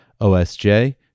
OSJ